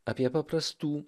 apie paprastų